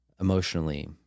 emotionally